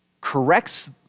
corrects